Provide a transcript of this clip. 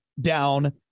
down